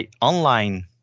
online